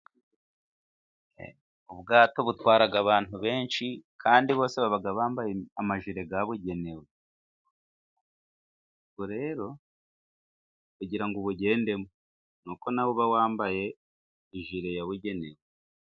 Ubwato butwara abantu benshi kandi bose baba bambaye amajiri yabugenewe ubwo rero kugira ngo ubugendemo ni uko nawe uba wambaye ijiri yabugenewe.